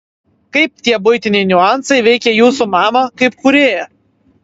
kaip tie buitiniai niuansai veikė jūsų mamą kaip kūrėją